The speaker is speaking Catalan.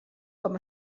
com